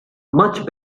much